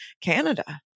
Canada